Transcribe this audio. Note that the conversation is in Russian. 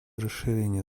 расширения